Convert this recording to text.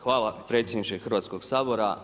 Hvala predsjedniče Hrvatskog sabora.